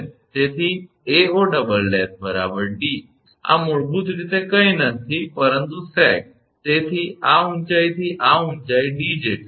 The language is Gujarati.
તેથી 𝐴𝑂 𝑑 આ મૂળભૂત રીતે કંઇ નથી પરંતુ સેગ તેથી આ ઊંચાઇથી આ ઊંચાઇ 𝑑 જેટલી છે